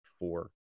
Four